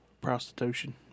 prostitution